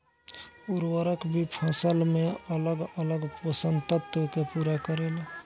उर्वरक भी फसल में अलग अलग पोषण तत्व के पूरा करेला